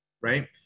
Right